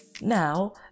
now